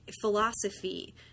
philosophy